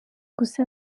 gusa